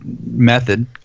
method